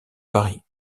paris